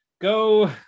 go